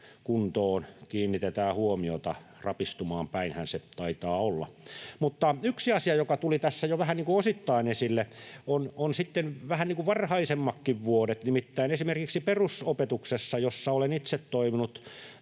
kuntoon kiinnitetään huomiota. Rapistumaan päinhän se taitaa olla. Mutta yksi asia, joka tuli tässä jo vähän niin kuin osittain esille, ovat sitten vähän varhaisemmatkin vuodet. Nimittäin esimerkiksi perusopetuksessa, jossa olen itse toiminut